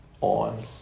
on